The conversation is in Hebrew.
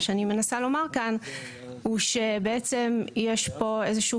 מה שאני מנסה לומר כאן הוא שבעצם יש פה איזשהו